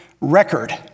record